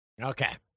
okay